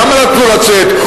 למה נתנו לצאת?